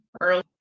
early